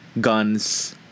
guns